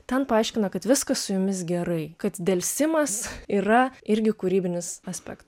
ten paaiškina kad viskas su jumis gerai kad delsimas yra irgi kūrybinis aspektas